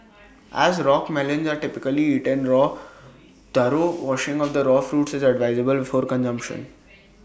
as rock melons are typically eaten raw thorough washing of the raw fruits is advisable before consumption